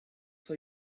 for